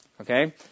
Okay